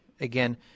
again